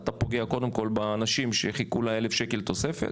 אתה קודם כל פוגע באנשים שחיכו ל-1,000 שקלים תוספת.